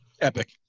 Epic